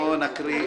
בואו נקריא.